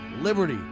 Liberty